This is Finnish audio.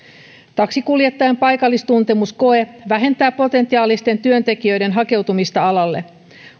taksinkuljettajan paikallistuntemuskoe vähentää potentiaalisten työntekijöiden hakeutumista alalle